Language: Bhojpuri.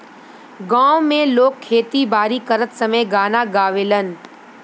गांव में लोग खेती बारी करत समय गाना गावेलन